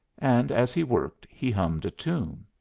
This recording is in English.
and as he worked he hummed a tune.